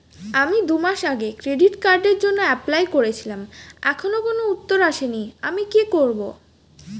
আমি দুমাস আগে ক্রেডিট কার্ডের জন্যে এপ্লাই করেছিলাম এখনো কোনো উত্তর আসেনি আমি কি করব?